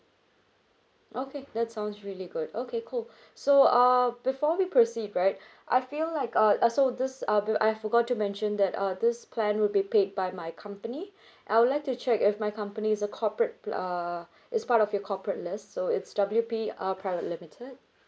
okay that sounds really good okay cool so uh before we proceed right I feel like uh so this uh I forgot to mention that uh this plan would be paid by my company I would like to check if my company is a corporate uh is part of your corporate list so it's W_P uh private limited